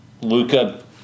Luca